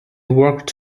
worked